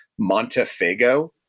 Montefago